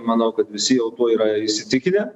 manau kad visi jau tuo yra įsitikinę